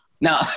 No